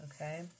okay